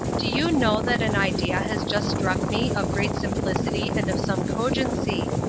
do you know that an idea has just struck me of great simplicity and of some cogency.